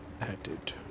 added